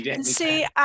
See